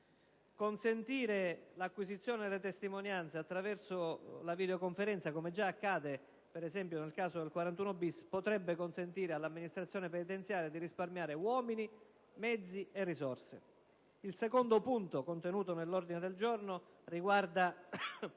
Consentire l'acquisizione delle testimonianze attraverso la videoconferenza, come già accade, per esempio, nel caso di regime di 41-*bis*, potrebbe permettere all'amministrazione penitenziaria di risparmiare uomini, mezzi e risorse. Il secondo punto dell'ordine del giorno riguarda